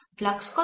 flux কত